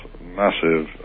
massive